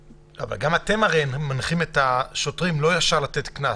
אבל גם אתם הרי מנחים את השוטרים לא לתת ישר קנס.